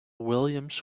williams